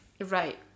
Right